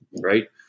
right